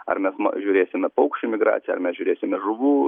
ar mes žiūrėsime paukščių migraciją ar mes žiūrėsime žuvų